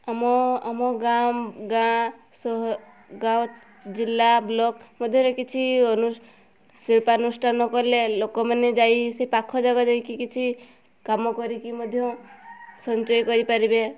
ଆମ ଆମ ଗାଁ ଗାଁ ସହର ଗାଁ ଜିଲ୍ଲା ବ୍ଲକ୍ ମଧ୍ୟରେ କିଛି ଅନୁଷ୍ଠାନ ଶିଳ୍ପାନୁଷ୍ଠାନ କଲେ ଲୋକମାନେ ଯାଇ ସେ ପାଖ ଜାଗାରେ ଦେଇକି କିଛି କାମ କରିକି ମଧ୍ୟ ସଞ୍ଚୟ କରିପାରିବେ